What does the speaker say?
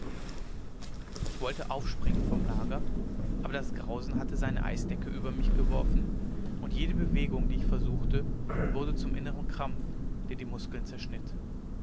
ich wollte aufspringen vom lager aber das grausen hatte seine eisdecke über mich geworfen und jede bewegung die ich versuchte wurde zum innern krampf der die muskeln zerschnitt